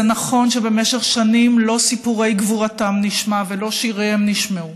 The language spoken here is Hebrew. זה נכון שבמשך שנים לא סיפורי גבורתם נשמעו ולא שיריהם נשמעו,